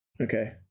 okay